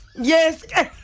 Yes